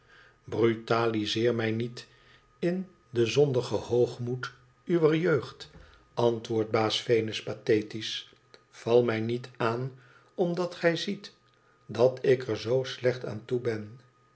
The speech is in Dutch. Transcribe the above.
brutalizeer mij niet inden zondigen hoogmoed uwer jeud antwoordt baas venus pathetisch val mij niet aan omdat gij ziet dat ik er zoo slecht aan toe ben